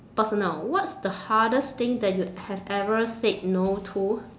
personal what's the hardest thing that you have ever said no to